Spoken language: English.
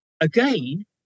again